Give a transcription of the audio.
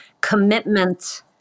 commitment